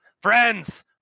friends